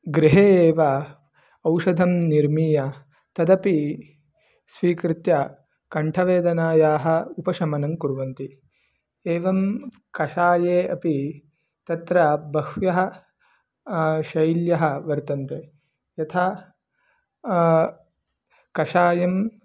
गृहे एव औषधं निर्मीय तदपि स्वीकृत्य कण्ठवेदनायाः उपशमनं कुर्वन्ति एवं कषाये अपि तत्र बह्व्यः शैल्यः वर्तन्ते यथा कषायं